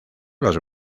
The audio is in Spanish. los